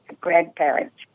grandparents